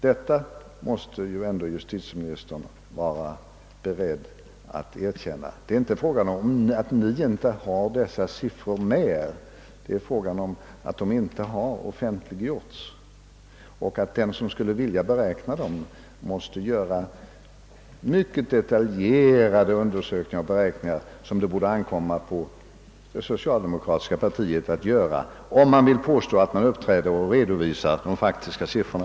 Det måste väl ändå justitieministern vara beredd att erkänna. Det är inte fråga om att Ni inte har dessa siffror med Er i dag, utan det är fråga om att de inte har offentliggjorts och att den som skulle vilja beräkna siffrorna måste göra mycket detaljerade undersökningar och omfattande beräkningar, som det borde ankomma på det socialdemokratiska partiet att göra, om partiet vill påstå att det ordentligt redovisar de faktiska siffrorna.